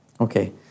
Okay